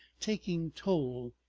taking toll.